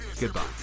Goodbye